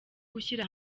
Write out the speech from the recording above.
gushyira